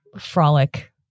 frolic